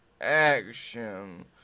action